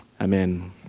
Amen